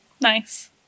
Nice